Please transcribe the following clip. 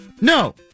No